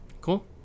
Cool